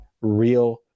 real